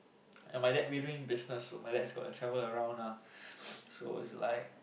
my dad we're doing business so my dad's got to travel around ah so it's like